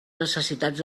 necessitats